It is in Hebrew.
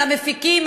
על המפיקים,